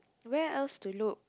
where else to look